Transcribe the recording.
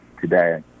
today